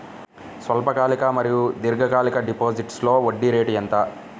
స్వల్పకాలిక మరియు దీర్ఘకాలిక డిపోజిట్స్లో వడ్డీ రేటు ఎంత?